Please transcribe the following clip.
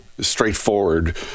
straightforward